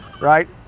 right